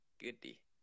Goodie